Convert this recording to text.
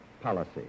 policy